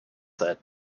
that